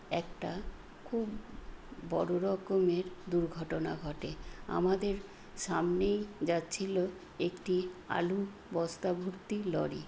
একটা খুব বড় রকমের দুর্ঘটনা ঘটে আমাদের সামনেই যাচ্ছিল একটি আলু বস্তা ভর্তি লরি